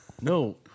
No